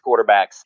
quarterbacks